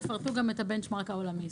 תפרטו גם את הבנצ'מרק העולמי.